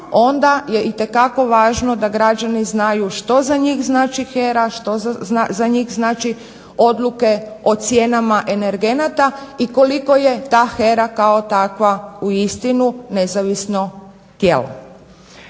onda je itekako važno da građani znaju što za njih znači HERA, što za njih znače odluke o cijenama energenata i koliko je ta HERA kao takva uistinu nezavisno tijelo.